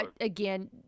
again